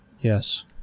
Yes